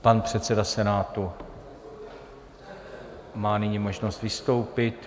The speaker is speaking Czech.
Pan předseda Senátu má nyní možnost vystoupit.